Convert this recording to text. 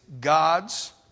God's